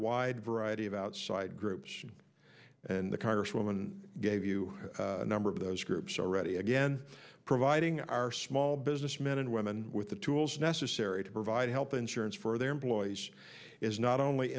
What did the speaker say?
wide variety of outside groups and the congresswoman gave you a number of those groups already again providing our small business men and women with the tools necessary to provide health insurance for their employees is not only